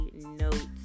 notes